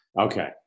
Okay